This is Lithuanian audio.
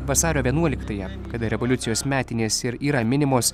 vasario vienuoliktąją kada revoliucijos metinės ir yra minimos